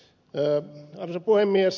arvoisa puhemies